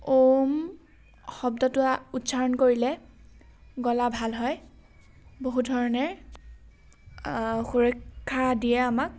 ঔম শব্দটো উচ্চাৰণ কৰিলে গলা ভাল হয় বহুধৰণে সুৰক্ষা দিয়ে আমাক